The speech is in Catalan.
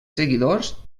seguidors